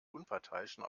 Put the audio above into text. unparteiischen